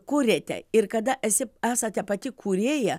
kuriate ir kada esi esate pati kūrėja